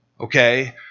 okay